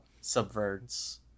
subverts